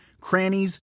crannies